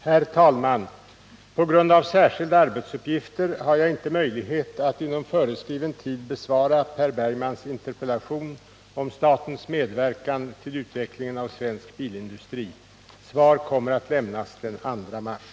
Herr talman! På grund av särskilda arbetsuppgifter har jag inte möjlighet att inom föreskriven tid besvara Per Bergmans interpellation om statens medverkan till utvecklingen av svensk bilindustri. Svar kommer att lämnas den 2 mars.